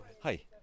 Hi